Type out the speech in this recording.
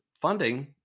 funding